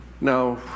Now